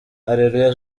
areruya